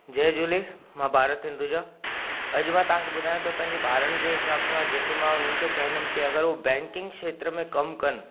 जय झूले मां भारत हिंदुजा अॼु मां तव्हांखे ॿुधायां थो पंहिंजे ॿारनि जे हिसाब सां जेके मां हुननि खे चाईंदुमि की अगरि हूअ बैंकिंग खेत्र में कम कनि